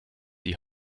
die